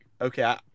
okay